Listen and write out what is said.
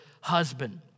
husband